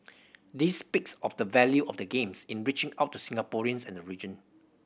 this speaks of the value of the Games in reaching out to Singaporeans and the region